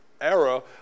era